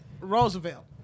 Roosevelt